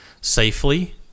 safely